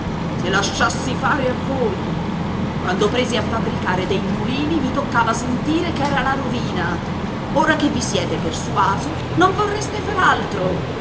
se lasciassi fare a voi quando presi a fabbricare dei mulini mi toccava sentire che era la rovina ora che vi siete persuaso non vorreste far altro